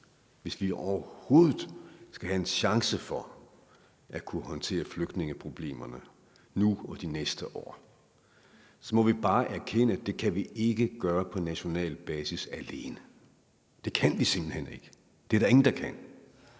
hvis vi overhovedet skal have en chance for at kunne håndtere flygtningeproblemerne nu og de næste år, må vi bare erkende, at det kan vi ikke gøre på national basis alene, det kan vi simpelt hen ikke. Det er der ingen der kan.